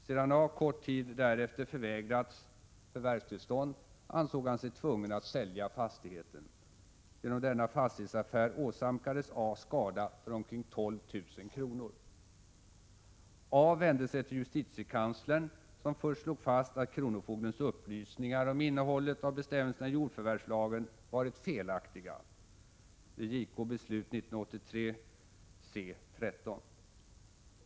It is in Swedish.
Sedan A kort tid därefter förvägrats förvärvstillstånd, ansåg han sig tvungen att sälja fastigheten. Genom denna fastighetsaffär åsamkades A skada för omkring 12 000 kr. A vände sig till justitiekanslern, som till att börja med slog fast att kronofogdens upplysningar om innehållet i bestämmelserna i jordförvärvslagen varit felaktiga — JK-Beslut 1983, C 13.